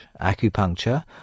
acupuncture